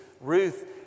Ruth